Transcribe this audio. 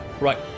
Right